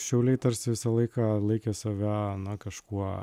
šiauliai tarsi visą laiką laikė save kažkuo